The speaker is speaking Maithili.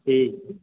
ठीक छै